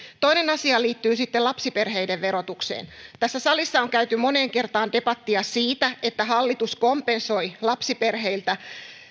toinen asia liittyy sitten lapsiperheiden verotukseen tässä salissa on käyty moneen kertaan debattia siitä että hallitus kompensoi lapsiperheiltä